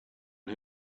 who